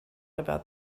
about